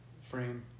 frame